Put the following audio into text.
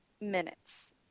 minutes